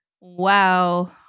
wow